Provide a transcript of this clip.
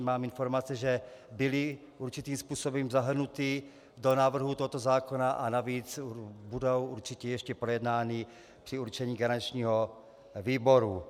Mám informace, že byly určitým způsobem zahrnuty do návrhu tohoto zákona, a navíc budou určitě ještě projednány při určení garančního výboru.